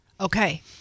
Okay